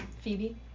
Phoebe